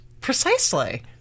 precisely